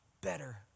better